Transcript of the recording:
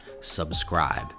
subscribe